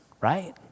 right